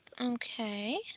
Okay